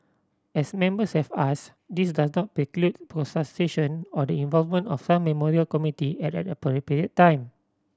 as Members have asked this does not preclude or the involvement of some memorial committee at an appropriate time